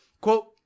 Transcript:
Quote